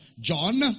John